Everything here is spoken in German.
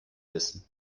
wissen